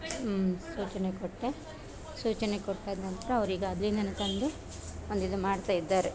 ಸೂಚನೆ ಕೊಟ್ಟೆ ಸೂಚನೆ ಕೊಟ್ಟಾದ ನಂತರ ಅವ್ರಿಗೆ ಅದ್ರಿಂದಲೇ ತಂದು ಒಂದು ಇದು ಮಾಡ್ತಾಯಿದ್ದಾರೆ